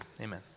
amen